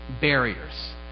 barriers